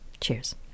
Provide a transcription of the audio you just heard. Cheers